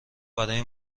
برای